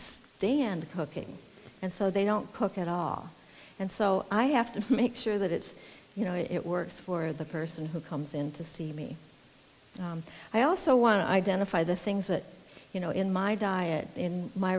stand the cooking and so they don't cook at all and so i have to make sure that it's you know it works for the person who comes in to see me i also want to identify the things that you know in my diet in my